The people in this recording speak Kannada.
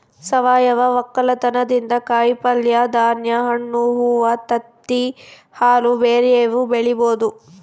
ಸಾವಯವ ವಕ್ಕಲತನದಿಂದ ಕಾಯಿಪಲ್ಯೆ, ಧಾನ್ಯ, ಹಣ್ಣು, ಹೂವ್ವ, ತತ್ತಿ, ಹಾಲು ಬ್ಯೆರೆವು ಬೆಳಿಬೊದು